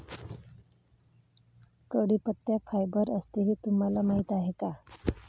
कढीपत्त्यात फायबर असते हे तुम्हाला माहीत आहे का?